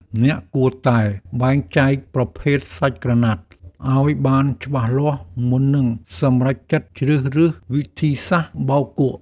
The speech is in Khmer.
អ្នកគួរតែបែងចែកប្រភេទសាច់ក្រណាត់ឱ្យបានច្បាស់លាស់មុននឹងសម្រេចចិត្តជ្រើសរើសវិធីសាស្ត្របោកគក់។